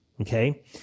Okay